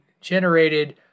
generated